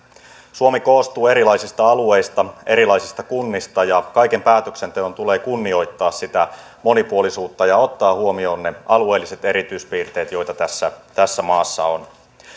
suomi koostuu erilaisista alueista erilaisista kunnista ja kaiken päätöksenteon tulee kunnioittaa sitä monipuolisuutta ja ottaa huomioon ne alueelliset erityispiirteet joita tässä tässä maassa on